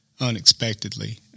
unexpectedly